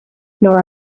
nor